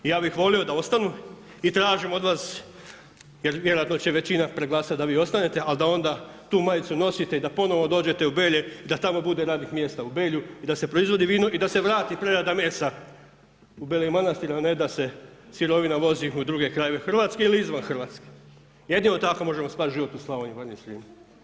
Ja bih volio da ostanu i tražim od vas, jer vjerojatno će većina preglasat da vi ostanete, ali da onda tu majicu nosite i da ponovo dođete u Belje i da tamo bude radnih mjesta u Belju i da se proizvodi vino i da se vrati prerada mesa u Beli Manastir, a ne da se sirovina vozi u druge krajeve Hrvatske ili izvan Hrvatske, jedino tako možemo spasit život u Slavoniji, Baranji i Srijemu.